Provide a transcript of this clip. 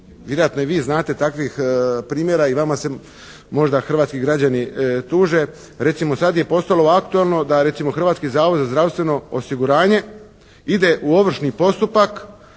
Vjerojatno i vi znate takvih primjera i vama se možda hrvatski građani tuže. Recimo sad je postalo aktualno da recimo Hrvatski zavod za zdravstveno osiguranje ide u ovršni postupak